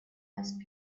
ice